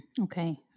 Okay